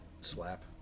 slap